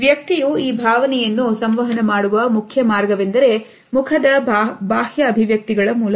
ವ್ಯಕ್ತಿಯು ಈ ಭಾವನೆಯನ್ನು ಸಂವಹನ ಮಾಡುವ ಮುಖ್ಯ ಮಾರ್ಗವೆಂದರೆ ಮುಖದ ಬಾಹ್ಯ ಅಭಿವ್ಯಕ್ತಿಗಳ ಮೂಲಕ